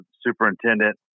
superintendent